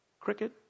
cricket